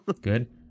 Good